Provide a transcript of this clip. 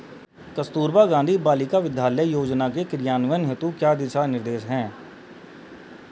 कस्तूरबा गांधी बालिका विद्यालय योजना के क्रियान्वयन हेतु क्या दिशा निर्देश हैं?